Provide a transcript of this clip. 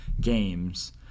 games